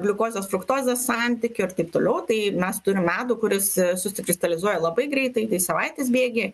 gliukozės fruktozės santykio ir taip toliau tai mes turim medų kuris susikristalizuoja labai greitai tai savaitės bėgyje